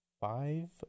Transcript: five